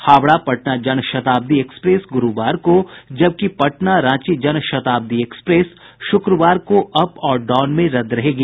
Howrah Patna Janshatabdi express गुरूवार को जबकि पटना रांची जनशताब्दी एक्सप्रेस शुक्रवार को अप और डाउन में रद्द रहेगी